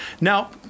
Now